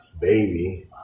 Baby